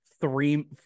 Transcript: three